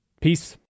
Peace